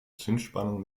zündspannung